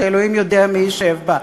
שאלוהים יודע מי ישב בה.